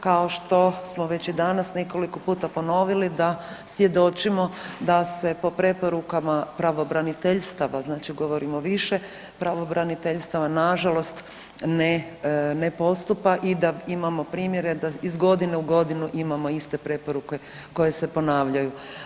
Kao što smo već i danas nekoliko puta ponovili da svjedočimo da se po preporukama pravobraniteljstava, znači govorimo o više pravobraniteljstava na žalost ne postupa i da imamo primjere da iz godine u godinu imamo iste preporuke koje se ponavljaju.